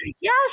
Yes